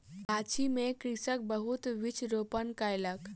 गाछी में कृषक बहुत वृक्ष रोपण कयलक